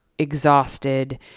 exhausted